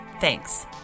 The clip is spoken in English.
Thanks